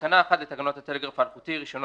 בתקנה 1 לתקנות הטלגרף האלחוטי (רישיונות,